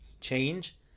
change